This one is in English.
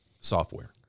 software